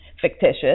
fictitious